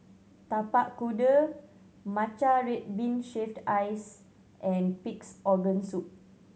Tapak Kuda matcha red bean shaved ice and Pig's Organ Soup